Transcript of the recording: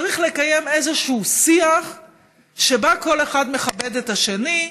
צריך לקיים איזשהו שיח שבו כל אחד מכבד את השני,